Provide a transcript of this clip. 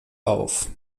auf